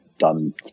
done